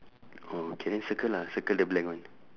oh K then circle ah circle the blank one